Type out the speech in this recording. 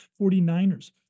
49ers